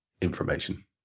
information